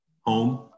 home